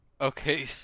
Okay